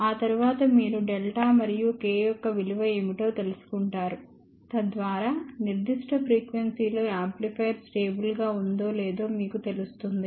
ఆ తరువాత మీరు ∆ మరియు K యొక్క విలువ ఏమిటో తెలుసుకుంటారు తద్వారా నిర్దిష్ట ఫ్రీక్వెన్సీ లో యాంప్లిఫైయర్ స్టేబుల్ గా ఉందో లేదో మీకు తెలుస్తుంది